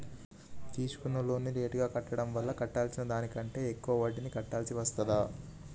తీసుకున్న లోనును లేటుగా కట్టడం వల్ల కట్టాల్సిన దానికంటే ఎక్కువ వడ్డీని కట్టాల్సి వస్తదా?